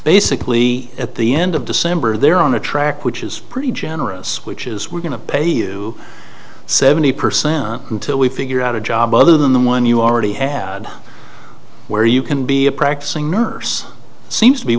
basically at the end of december they're on a track which is pretty generous which is we're going to pay you seventy percent until we figure out a job other than the one you already had where you can be a practicing nurse seems to be